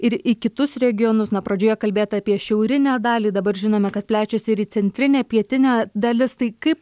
ir į kitus regionus na pradžioje kalbėta apie šiaurinę dalį dabar žinome kad plečiasi ir į centrinę pietinę dalis tai kaip